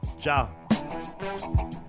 Ciao